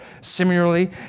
similarly